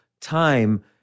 time